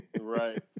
Right